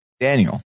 Daniel